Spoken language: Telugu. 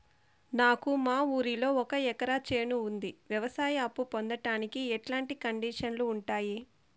నాకు మా ఊరిలో ఒక ఎకరా చేను ఉంది, వ్యవసాయ అప్ఫు పొందడానికి ఎట్లాంటి కండిషన్లు ఉంటాయి?